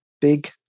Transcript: big